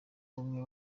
bumwe